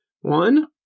one